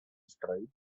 strike